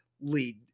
lead